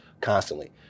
constantly